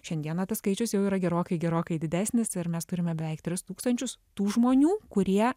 šiandieną tas skaičius jau yra gerokai gerokai didesnis ir mes turime beveik tris tūkstančius tų žmonių kurie